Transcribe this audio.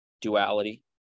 Duality